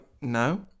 No